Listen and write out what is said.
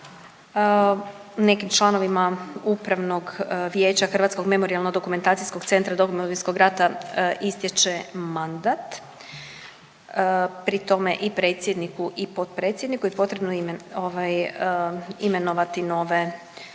nekim članovima Upravnog vijeća Hrvatskog memorijalno-dokumentacijskog centra Domovinskog rata istječe mandat pri tome i predsjedniku i potpredsjedniku i potrebno je imenovati nove članove.